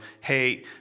hey